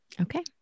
Okay